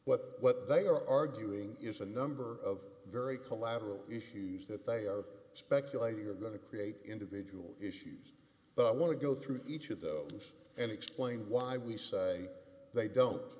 but what they are arguing is a number of very collateral issues that they are speculating are going to create individual issues but i want to go through each of those and explain why we say they don't